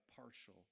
partial